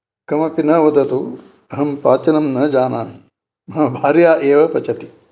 कमपि न वदतु अहं पाचनं न जानामि मम भार्या एव पचति